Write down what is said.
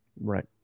Right